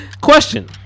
Question